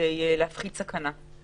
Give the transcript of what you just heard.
כדי להפחית סכנה.